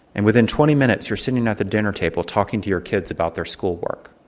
and within twenty minutes you're sitting at the dinner table talking to your kids about their schoolwork.